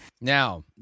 Now